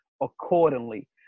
accordingly